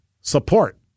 support